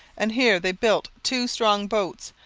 and here they built two strong boats,